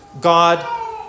God